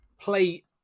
play